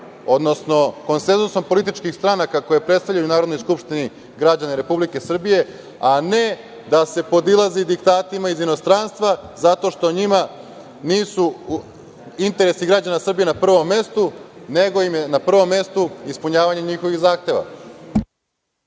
odnosno konsenzusom političkih stranaka koje predstavljaju u Narodnoj skupštini građane Republike Srbije, a ne da se podilazi diktatima iz inostranstva zato što njima nisu interesi građana Srbije na prvom mestu, nego im je na prvom mestu ispunjavanje njihovih zahteva.(Miladin